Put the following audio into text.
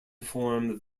form